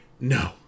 No